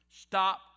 Stop